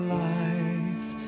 life